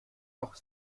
noch